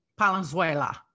Palenzuela